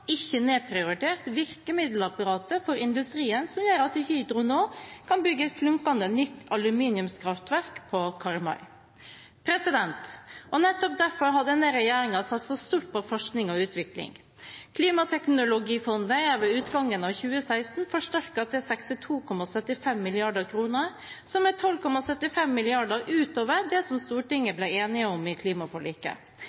ikke nedprioritert, virkemiddelapparatet for industrien, som gjør at Hydro nå kan bygge flunkende nytt aluminiumskraftverk på Karmøy. Nettopp derfor har denne regjeringen satset stort på forskning og utvikling. Klimateknologifondet er ved utgangen av 2016 forsterket til 62,75 mrd. kr, som er 12,75 mrd. kr utover det Stortinget